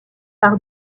par